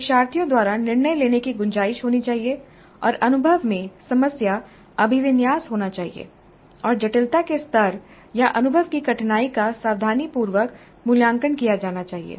शिक्षार्थियों द्वारा निर्णय लेने की गुंजाइश होनी चाहिए और अनुभव में समस्या अभिविन्यास होना चाहिए और जटिलता के स्तर या अनुभव की कठिनाई का सावधानीपूर्वक मूल्यांकन किया जाना चाहिए